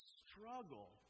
struggle